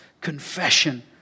confession